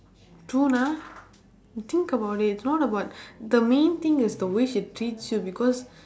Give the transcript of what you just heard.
true lah you think about it it's not about the main thing is the way she treats you because